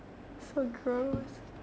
so gross